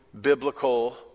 biblical